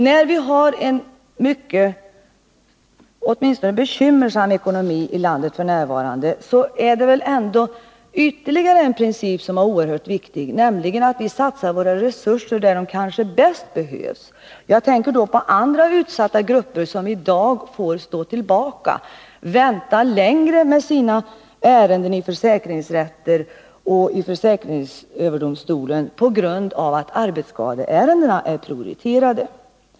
När vi har en mycket bekymmersam ekonomi i landet f. n. är det ytterligare en princip som är oerhört viktig, nämligen att vi satsar våra resurser där de bäst behövs. Jag tänker här på andra utsatta grupper, som i dag får stå tillbaka, vänta längre med sina ärenden i försäkringsrätter och försäkringsöverdomstolen på grund av att arbetsskadeärendena är prioriterade.